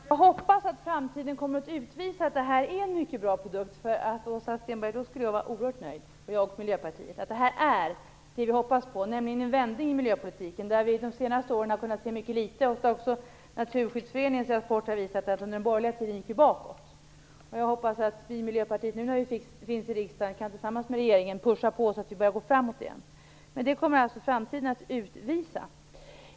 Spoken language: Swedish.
Fru talman! Jag hoppas att framtiden kommer att utvisa att detta är en mycket bra produkt. Om det här är det vi hoppas på, nämligen en vändning i miljöpolitiken, skulle jag och Miljöpartiet vara oerhört nöjda, Åsa Stenberg. Det har vi de senaste åren kunnat se mycket litet av. Även Naturskyddsföreningens rapport har visat att vi gick bakåt under den borgerliga tiden. Jag hoppas att vi i Miljöpartiet nu när vi finns i riksdagen tillsammans med regeringen kan pusha på så att det börjar gå framåt igen. Men det kommer framtiden att utvisa.